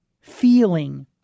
feeling